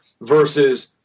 versus